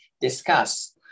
discuss